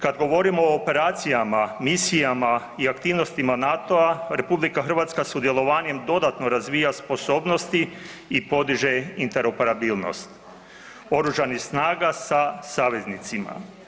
Kad govorimo o operacijama, misijama i aktivnostima NATO-a, RH sudjelovanjem dodatno razvija sposobnosti i podiže interoperabilnost Oružanih snaga sa saveznicima.